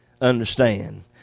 Understand